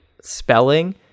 spelling